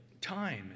time